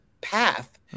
path